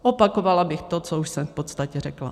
Opakovala bych to, co už jsem v podstatě řekla.